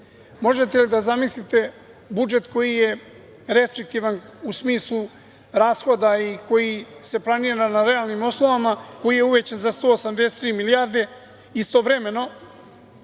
Možete li da zamislite budžet koji je restriktivan u smislu rashoda i koji se planira na realnim osnovama, koji je uvećan za 183 milijarde? Istovremeno,